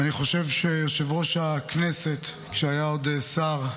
ואני חושב שיושב-ראש הכנסת, כשעוד היה שר,